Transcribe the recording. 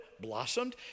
blossomed